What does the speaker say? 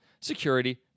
security